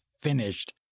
finished